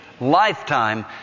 lifetime